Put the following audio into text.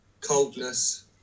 coldness